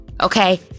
Okay